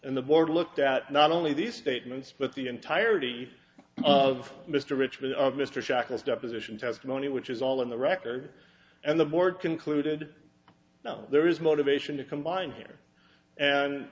in the board looked at not only these statements but the entirety of mr rich with mr shackles deposition testimony which is all in the record and the board concluded there is motivation to combine here